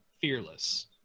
fearless